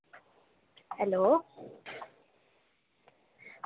hello